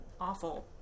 awful